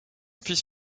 fils